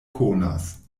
konas